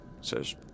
says